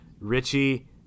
Richie